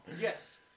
Yes